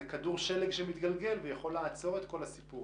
זה כדור שלג שמתגלגל ויכול לעצור את כל הסיפור.